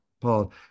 Paul